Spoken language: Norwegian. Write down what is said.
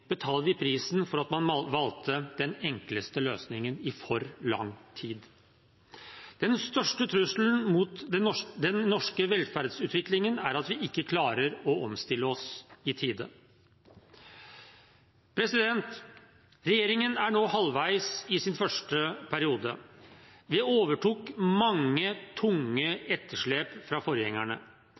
betaler vi prisen for at man valgte den enkleste løsningen i for lang tid. Den største trusselen mot den norske velferdsutviklingen er at vi ikke klarer å omstille oss i tide. Regjeringen er nå halvveis i sin første periode. Vi overtok mange tunge etterslep fra forgjengerne.